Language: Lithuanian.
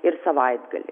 ir savaitgalį